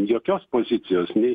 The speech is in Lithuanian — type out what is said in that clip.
jokios pozicijos nei